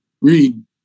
Read